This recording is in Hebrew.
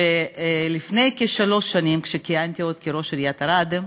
שלפני כשלוש שנים, כשעוד כיהנתי כראש עיריית ערד,